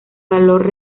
valor